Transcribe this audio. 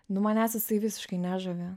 nu manęs jisai visiškai nežavi